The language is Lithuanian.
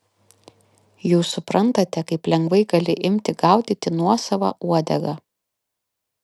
jūs suprantate kaip lengvai gali imti gaudyti nuosavą uodegą